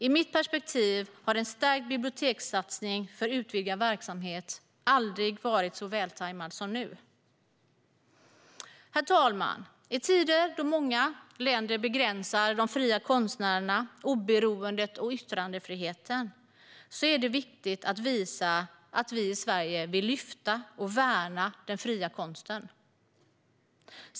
Ur mitt perspektiv har en stärkt bibliotekssatsning för en utvidgad verksamhet aldrig varit så vältajmad som nu. Herr talman! I tider då många länder begränsar de fria konstnärerna, oberoendet och yttrandefriheten är det viktigt att visa att vi i Sverige vill lyfta och värna den fria konsten.